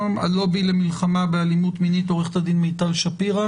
הלובי למלחמה באלימות מינית: עורכת הדין מיטל שפירא